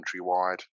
countrywide